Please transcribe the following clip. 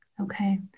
okay